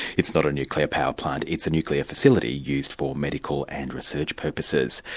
it's not a nuclear power plant, it's a nuclear facility used for medical and research purposes.